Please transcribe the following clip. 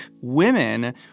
women